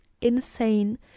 insane